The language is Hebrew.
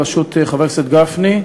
בראשות חבר הכנסת גפני,